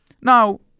Now